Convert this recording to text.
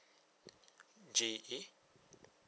J A